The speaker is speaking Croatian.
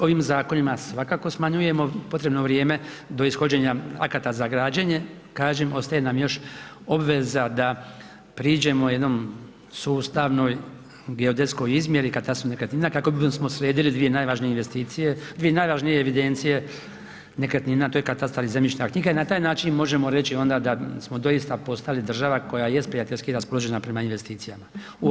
Ovim zakonima svakako smanjujemo potrebno vrijeme do ishođenja akata za građenje, kažem, ostaje nam još obveza da priđemo jednoj sustavnoj geodetskoj izmjeri katastra nekretnina kako bismo sredili dvije najvažnije investicije, dvije najvažnije evidencije nekretnina, to je katastar i zemljišna knjiga i na taj način možemo reći onda da smo doista postali država koja jest prijateljski raspoložena prema investicijama.